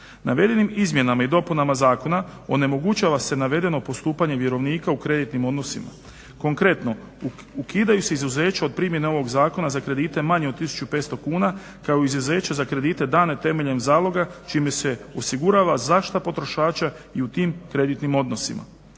Navedenim izmjenama i dopunama zakona onemogućava se navedeno postupanje vjerovnika u kreditnim odnosima. Konkretno ukidaju se izuzeća od primjene ovog zakona za kredite manje od 1500 kn, kao izuzeće za kredite dane temeljem zaloga čime se osigurava zaštita potrošača i u tim kreditnim odnosima.